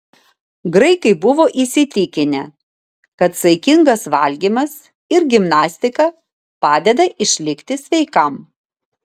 graikai buvo įsitikinę kad saikingas valgymas ir gimnastika padeda išlikti sveikam